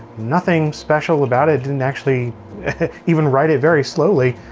nothing special about it. didn't actually even write it very slowly.